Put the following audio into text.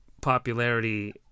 popularity